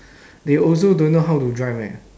they also don't know how to drive leh